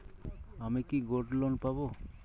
আমি কি gold loan পাবো?